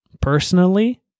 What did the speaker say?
personally